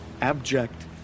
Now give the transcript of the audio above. abject